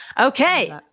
Okay